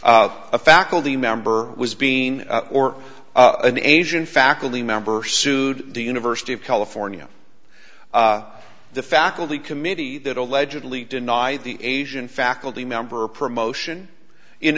a faculty member was being or an asian faculty member sued the university of california the faculty committee that allegedly denied the asian faculty member a promotion in